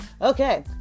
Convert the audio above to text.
Okay